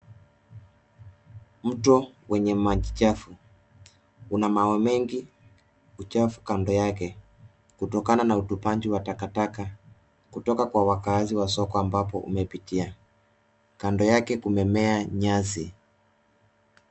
Mto wenye maji chafu, una mawe mengi uchafu kando yake ,kutokana na utupaji wa takataka, kutoka kwa wakaazi wa soko ambapo umepitia. Kando yake kumemea nyasi.